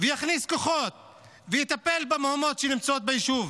ויכניס כוחות ויטפל במהומות ביישוב.